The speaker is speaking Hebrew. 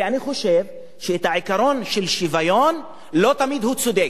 כי אני חושב שהעיקרון של שוויון, לא תמיד צודק.